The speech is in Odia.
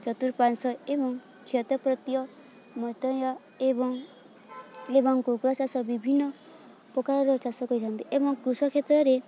ଚତୁର୍ପାଶ୍ୱ ଏବଂ ଏବଂ ଏବଂ କୁକୁଡ଼ା ଚାଷ ବିଭିନ୍ନ ପ୍ରକାରର ଚାଷ କରିଥାନ୍ତି ଏବଂ କୃଷିକ୍ଷେତ୍ରରେ